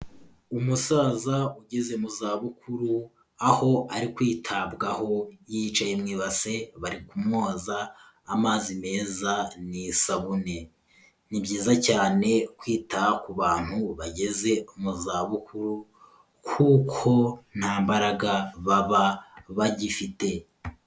Umusaza ugeze mu zabukuru aho ari kwitabwaho, yicaye mu ibase, bari kumwoza amazi meza n'isabune. Ni byiza cyane kwita ku bantu bageze mu zabukuru kuko nta mbaraga baba bagifite.